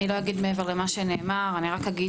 רק אוסיף